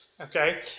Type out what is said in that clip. Okay